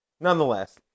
Nonetheless